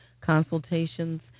consultations